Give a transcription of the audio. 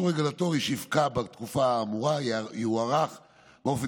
אישור רגולטורי שיפקע בתקופה האמורה יוארך באופן